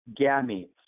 gametes